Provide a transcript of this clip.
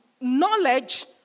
knowledge